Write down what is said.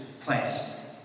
place